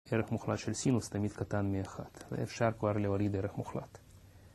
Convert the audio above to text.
ערך מוחלט של סינוס תמיד קטן מאחד. ואפשר כבר להוריד ערך מוחלט.